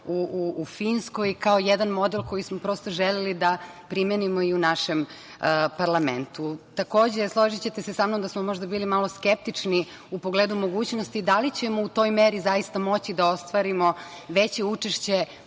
u Finskoj kao jedan model koji smo prosto želeli da primenimo i u našem parlamentu. Takođe, složićete se sa mnom, možda smo bili malo skeptični u pogledu mogućnosti da li ćemo u toj meri zaista moći da ostvarimo veće učešće